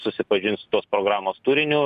susipažins su tos programos turiniu